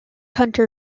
hunter